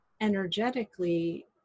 energetically